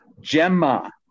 Gemma